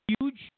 huge